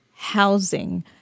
Housing